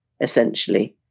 essentially